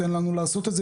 תן לנו לעשות את זה',